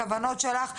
את הכוונות שלך.